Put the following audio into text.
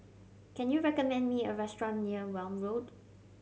can you recommend me a restaurant near Welm Road